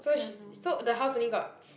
so she's so the house only got